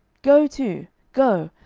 go to, go,